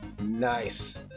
Nice